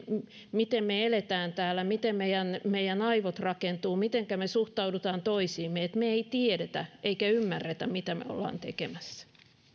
miten me elämme täällä miten meidän meidän aivomme rakentuvat miten me suhtaudumme toisiimme että me emme tiedä emmekä ymmärrä mitä me olemme tekemässä